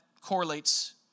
correlates